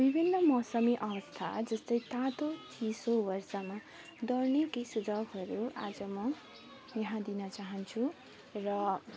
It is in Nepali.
विभन्न मौसमी अवस्था जस्तै तातो चिसो वा वर्षामा दौड्ने केही सुझाउहरू आज म यहाँ दिन चाहन्छु र